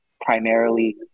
primarily